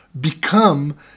become